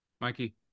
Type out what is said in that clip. mikey